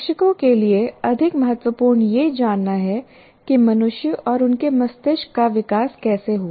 शिक्षकों के लिए अधिक महत्वपूर्ण यह जानना है कि मनुष्य और उनके मस्तिष्क का विकास कैसे हुआ